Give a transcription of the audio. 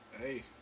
Hey